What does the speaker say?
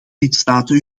lidstaten